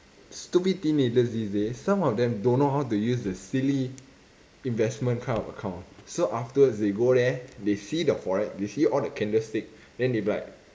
stupid teenagers these days some of them don't know how to use the silly investment kind of account so afterwards they go there they see the forex they see all the candle stick then they'll be like